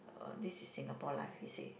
uh this is Singapore life he say